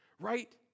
Right